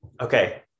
okay